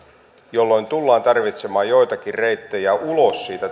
jolloin tullaan tarvitsemaan joitakin reittejä ulos siitä